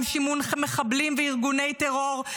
עם שימון מחבלים וארגוני טרור,